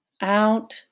Out